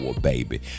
baby